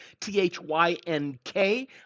T-H-Y-N-K